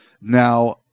Now